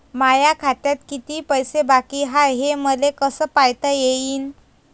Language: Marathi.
माया खात्यात किती पैसे बाकी हाय, हे मले कस पायता येईन?